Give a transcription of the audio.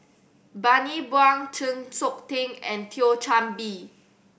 Bani Buang Chng Seok Tin and Thio Chan Bee